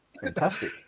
Fantastic